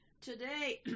Today